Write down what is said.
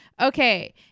Okay